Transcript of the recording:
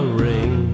ring